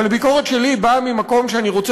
אבל הביקורת שלי באה ממקום שאני רוצה